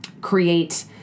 create